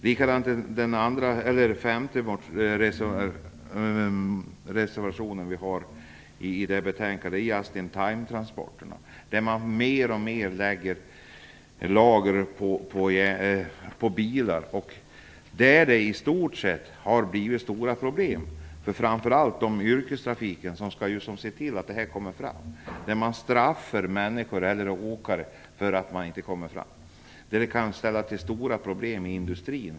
Reservation 5 som vi har i det här betänkandet gäller just-in-time-transporterna. Man lägger mer och mer över lagren på bilar. Det har medfört stora problem för framför allt yrkestrafiken som skall se till att detta kommer fram. Man straffar åkare för att det inte kommer fram. Om det händer något på vägen kan det ställa till stora problem för industrin.